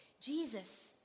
Jesus